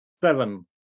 seven